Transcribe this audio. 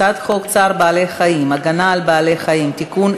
הצעת חוק צער בעלי-חיים (הגנה על בעלי-חיים) (תיקון,